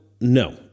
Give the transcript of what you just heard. no